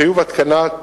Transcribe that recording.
חיוב התקנת